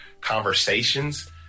conversations